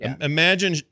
Imagine